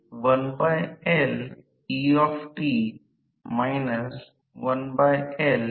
rotor mmf F2 0 असल्याने rotor open circuit असल्याने कोणताही प्रवाह दर्शवित नाही